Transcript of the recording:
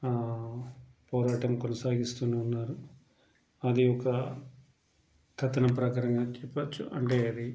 పోరాటం కొనసాగిస్తూ ఉన్నారు అది ఒక కథన ప్రకారంగా చెప్పచ్చు అంటే అది